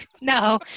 No